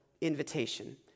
invitation